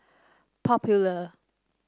popular